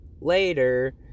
later